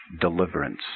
Deliverance